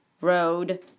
Road